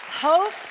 Hope